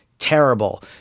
terrible